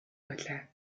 авлаа